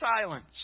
silence